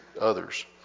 others